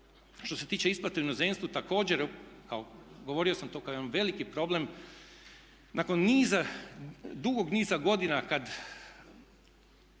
što se tiče isplate u inozemstvu, također govorio sam to kao jedan veliki problem nakon niza, dugog niza godina kad